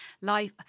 life